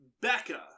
Becca